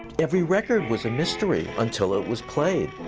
every record was a mystery until it was played.